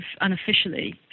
unofficially